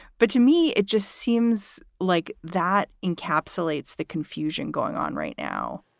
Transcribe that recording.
but to me, it just seems like that encapsulates the confusion going on right now